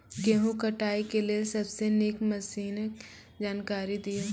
गेहूँ कटाई के लेल सबसे नीक मसीनऽक जानकारी दियो?